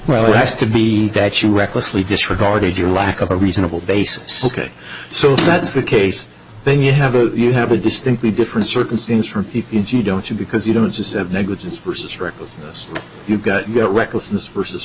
well it has to be that you recklessly disregard your lack of a reasonable basis ok so that's the case then you have you have a distinctly different circumstance for you don't you because you don't just negligence versus recklessness you've got recklessness versus